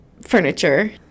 Furniture